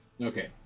Okay